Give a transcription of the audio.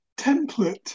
template